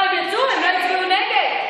שנמצא היום במחלוקת,